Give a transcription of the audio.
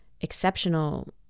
exceptional